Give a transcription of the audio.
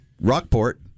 Rockport